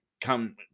come